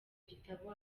gitabo